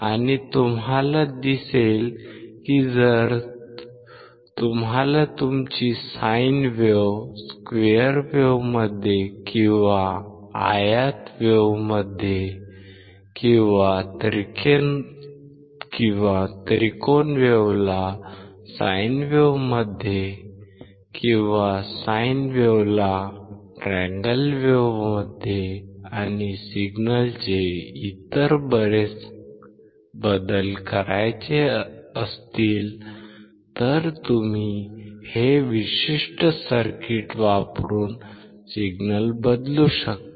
आणि तुम्हाला दिसेल की जर तुम्हाला तुमची साइन वेव्ह स्क्वेअर वेव्हमध्ये किंवा आयत वेव्हमध्ये किंवा त्रिकोण वेव्हला साइन वेव्हमध्ये किंवा साइन वेव्हला ट्रँगल वेव्हमध्ये आणि सिग्नलचे इतर बरेच बदल करायचे असतील तर तुम्ही हे विशिष्ट सर्किट्स वापरून सिग्नल बदलू शकता